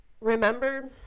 Remember